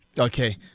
Okay